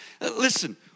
Listen